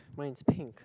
mine is pink